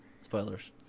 Spoilers